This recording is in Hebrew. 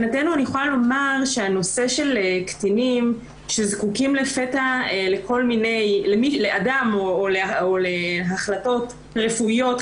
הנושא של קטינים שזקוקים לפתע לאדם או להחלטות רפואיות,